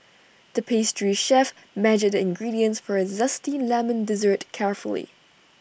the pastry chef measured the ingredients for A Zesty Lemon Dessert carefully